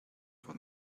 for